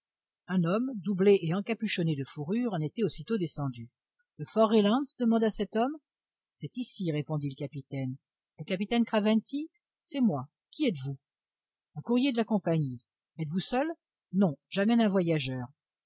un homme doublé et encapuchonné de fourrures en était aussitôt descendu le fort reliance demanda cet homme c'est ici répondit le capitaine le capitaine craventy c'est moi qui êtes-vous un courrier de la compagnie êtes-vous seul non j'amène un voyageur